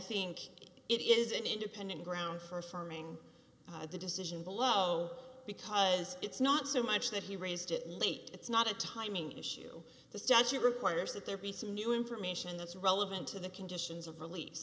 think it is an independent ground for affirming the decision below because it's not so much that he raised it late it's not a timing issue the statute requires that there be some new information that's relevant to the conditions of rel